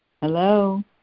Hello